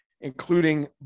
Including